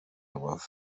rubavu